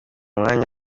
umwanya